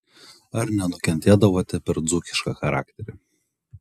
ar nenukentėdavote per dzūkišką charakterį